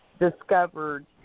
discovered